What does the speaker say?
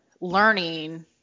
learning